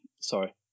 Sorry